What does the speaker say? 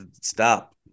Stop